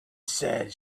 said